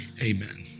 Amen